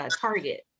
target